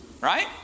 Right